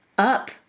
up